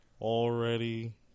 already